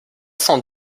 sans